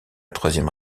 troisième